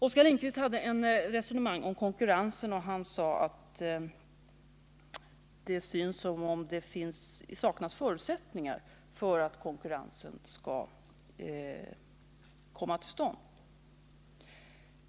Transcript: Oskar Lindkvist förde ett resonemang om konkurrensen och sade att det ser ut som om det saknades förutsättningar för att konkurrensen skall komma till stånd.